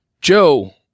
Joe